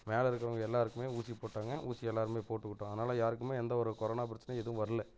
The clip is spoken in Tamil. மேலே இருக்கிறவங்க எல்லோருக்குமே ஊசி போட்டாங்க ஊசி எல்லோருமே போட்டுக்கிட்டோம் அதனால யாருக்கும் எந்த ஒரு கொரோனா பிரச்சனையும் எதுவும் வரல